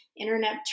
Internet